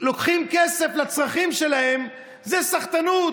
לוקחים כסף לצרכים שלהם זה סחטנות,